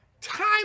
Time